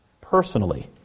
personally